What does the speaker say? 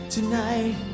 Tonight